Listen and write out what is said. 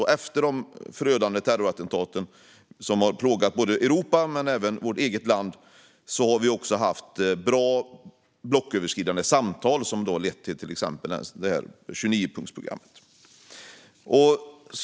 Efter de förödande terrorattentat som plågat Europa och även vårt eget land har vi också haft bra blocköverskridande samtal som lett till exempelvis 29-punktsprogrammet.